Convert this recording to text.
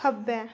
खब्बै